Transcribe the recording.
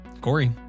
Corey